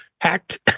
hacked